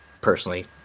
Personally